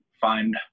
find